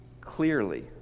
clearly